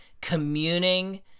communing